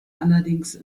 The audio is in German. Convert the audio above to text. allerdings